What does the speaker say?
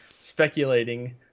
speculating